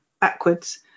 backwards